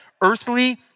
earthly